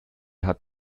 hat